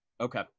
Okay